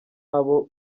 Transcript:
n’abo